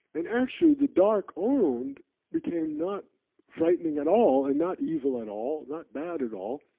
and actually the dark owned became not frightening at all, and not evil at all, not mad at all.